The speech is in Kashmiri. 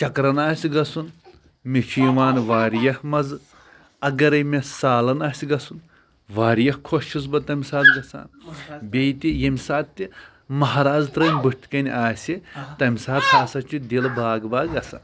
چَکرن آسہِ گژھُن مےٚ چھِ یِوان واریاہ مَزٕ اگرَے مےٚ سالَن آسہِ گژھُن واریاہ خۄش چھُس بہٕ تَمہِ ساتہٕ گژھان بیٚیہِ تہِ ییٚمہِ ساتہٕ تہِ مہراز ترٛٲم بٕتھِ کَنۍ آسہِ تَمہِ ساتہٕ ہَسا چھُ دِل باغ باغ گژھان